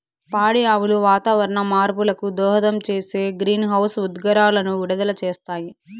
పాడి ఆవులు వాతావరణ మార్పులకు దోహదం చేసే గ్రీన్హౌస్ ఉద్గారాలను విడుదల చేస్తాయి